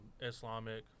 islamic